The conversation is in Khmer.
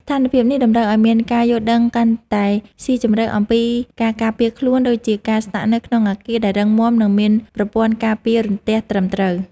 ស្ថានភាពនេះតម្រូវឱ្យមានការយល់ដឹងកាន់តែស៊ីជម្រៅអំពីការការពារខ្លួន ដូចជាការស្នាក់នៅក្នុងអគារដែលរឹងមាំ និងមានប្រព័ន្ធការពាររន្ទះត្រឹមត្រូវ។